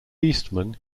eastman